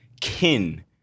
kin